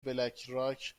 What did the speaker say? بلکراک